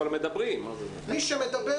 מי שמדבר